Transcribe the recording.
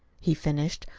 he finished,